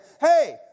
Hey